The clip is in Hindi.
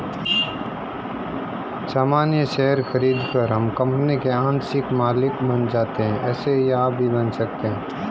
सामान्य शेयर खरीदकर हम कंपनी के आंशिक मालिक बन जाते है ऐसे ही आप भी बन सकते है